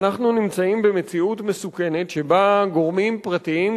אנחנו נמצאים במציאות מסוכנת שבה גורמים פרטיים,